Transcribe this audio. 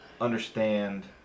understand